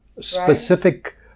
Specific